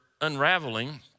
unraveling